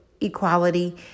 equality